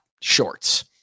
shorts